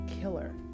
killer